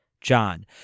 John